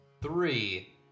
Three